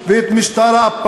בבקשה, אדוני.